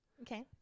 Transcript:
Okay